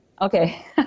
Okay